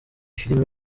filimi